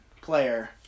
player